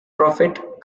profit